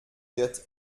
wird